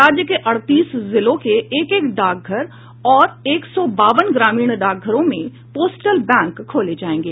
राज्य के अड़तीस जिलों के एक एक डाकघर और एक सौ बावन ग्रामीण डाकघरों में पोस्टल बैंक खोले जायेंगे